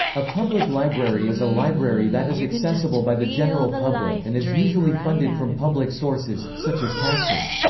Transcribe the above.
a public library is a library that is accessible by the general public and is usually funded from public sources, such as taxes.